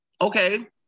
okay